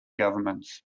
governments